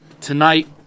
Tonight